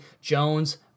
Jones